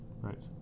Right